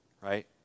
right